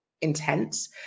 intense